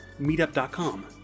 meetup.com